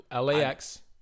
LAX